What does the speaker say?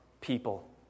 people